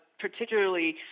particularly